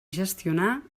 gestionar